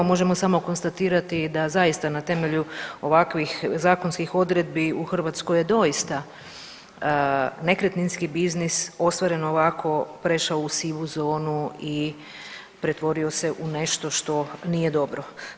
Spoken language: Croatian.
Možemo samo konstatirati da zaista na temelju ovakvih zakonskih odredbi u Hrvatskoj je doista nekretninski biznis ostvaren ovako prešao u sivu zonu i pretvorio se u nešto što nije dobro.